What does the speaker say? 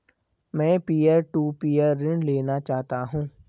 मैं peer to peer ऋण लेना चाहता हूँ